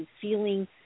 feeling